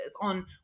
on